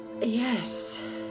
Yes